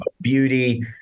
Beauty